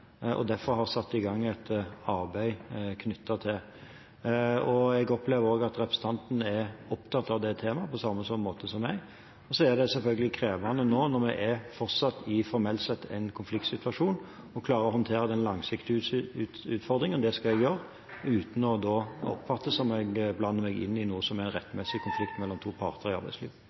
og derfor har jeg satt i gang et arbeid knyttet til det. Jeg opplever også at representanten er opptatt av det temaet – på samme måte som meg. Det er selvfølgelig krevende nå når vi fortsatt formelt sett er i en konfliktsituasjon, å klare å håndtere den langsiktige utfordringen. Og det skal jeg gjøre – uten å bli oppfattet som om jeg blander meg inn i noe som er en rettmessig konflikt mellom to parter i arbeidslivet.